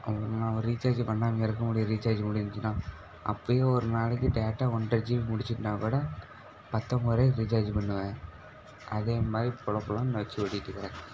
நாங்கள் ரீச்சார்ஜ் பண்ணாமையா இருக்க முடியும் ரீச்சார்ஜ் முடிஞ்சிச்சின்னா அப்பையும் ஒரு நாளைக்கு டேட்டா ஒன்றை ஜிபி முடிச்சிட்டுன்னாக் கூட பத்தொம்பது ரூவாய்க்கு ரீச்சார்ஜ் பண்ணுவேன் அதே மாதிரி பொழப்பு தான் வச்சு ஓட்டிட்டுருக்குறேன்